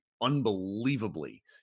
unbelievably